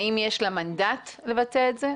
האם יש לה מנדט לבצע את זה?